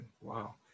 wow